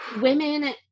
women